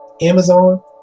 Amazon